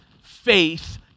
faith